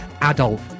adult